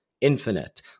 infinite